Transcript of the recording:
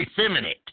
effeminate